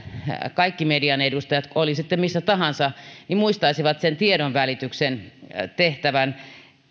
kaikki median edustajat oli sitten missä tahansa muistaisivat sen tiedonvälityksen tehtävän